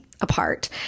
apart